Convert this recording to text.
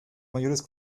mayores